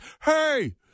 Hey